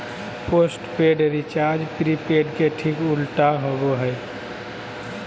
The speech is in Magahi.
पोस्टपेड रिचार्ज प्रीपेड के ठीक उल्टा होबो हइ